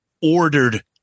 ordered